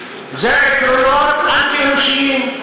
עקרונות אנטי-אנושיים,